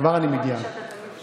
לתוך המאחזים שלנו.